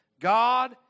God